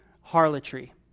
harlotry